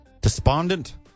despondent